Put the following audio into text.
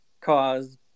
cause